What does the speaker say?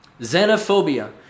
Xenophobia